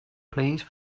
please